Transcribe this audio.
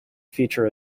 feature